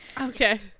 Okay